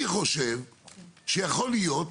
אני חושב שיכול להיות